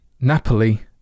Napoli